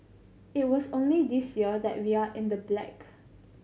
it was only this year that we are in the black